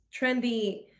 trendy